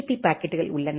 B பாக்கெட்டுகள் உள்ளன